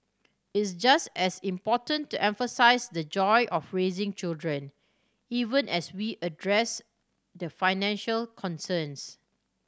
it's just as important to emphasise the joy of raising children even as we address the financial concerns